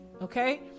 okay